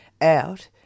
out